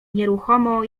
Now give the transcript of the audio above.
nieruchomo